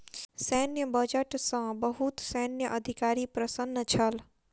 सैन्य बजट सॅ बहुत सैन्य अधिकारी प्रसन्न छल